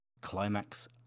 Climax